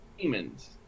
demons